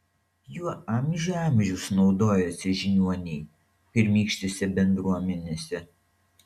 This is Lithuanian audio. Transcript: juo amžių amžius naudojosi žiniuoniai pirmykštėse bendruomenėse